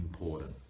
important